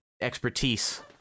expertise